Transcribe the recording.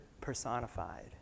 personified